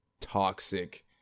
toxic